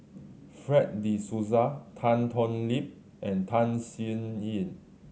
Fred De Souza Tan Thoon Lip and Tham Sien Yen